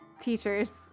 teachers